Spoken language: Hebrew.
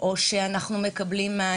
או שמקבלים תשובה